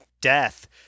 death